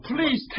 Please